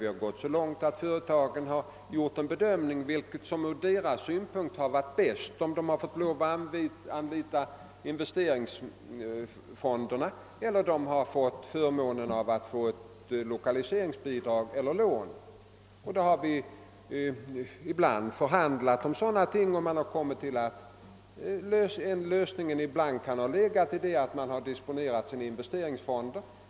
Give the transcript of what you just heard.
Vi har gått så långt att företagen fått göra en bedömning av vad som från deras synpunkt är det bästa, att anlita investeringsfonderna eller att utnyttja förmånen att erhålla lokaliseringsbidrag eller lån. Ibland har det förhandlats om sådana frågor, och lösningen har i vissa fall varit att disponera investeringsfonderna.